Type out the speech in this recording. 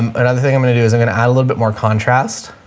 another thing i'm going to do is i'm going to add a little bit more contrast